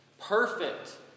perfect